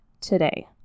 today